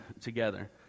together